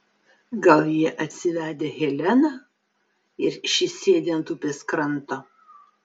gal jie atsivedę heleną ir ši sėdi ant upės kranto